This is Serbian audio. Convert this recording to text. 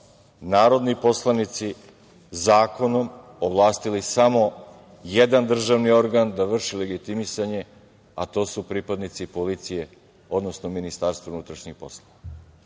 narodni poslanici zakonom ovlastili samo jedan državni organ da vrši legitimisanje, a to su pripadnici policije, odnosno MUP. I to ne važi samo